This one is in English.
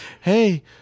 hey